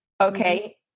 Okay